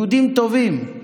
יהודים טובים,